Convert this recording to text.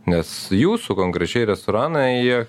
nes jūsų konkrečiai restoranai jie